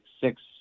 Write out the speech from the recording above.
six